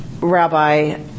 Rabbi